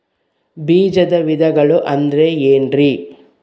ಬೇಜದ ವಿಧಗಳು ಅಂದ್ರೆ ಏನ್ರಿ?